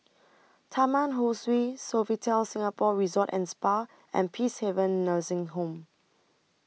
Taman Ho Swee Sofitel Singapore Resort and Spa and Peacehaven Nursing Home